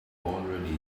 already